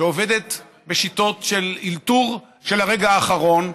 שעובדת בשיטות של אלתור של הרגע האחרון,